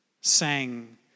sang